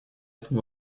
этом